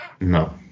No